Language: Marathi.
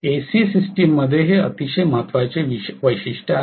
एसी सिस्टम मध्ये हे अतिशय महत्वाचे वैशिष्ट्य आहे